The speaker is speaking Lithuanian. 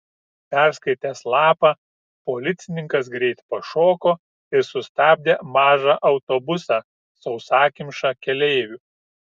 perskaitęs lapą policininkas greit pašoko ir sustabdė mažą autobusą sausakimšą keleivių